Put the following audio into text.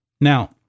Now